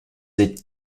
êtes